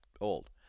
old